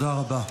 תודה רבה.